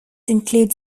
include